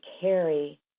carry